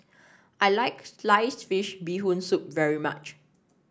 I like Sliced Fish Bee Hoon Soup very much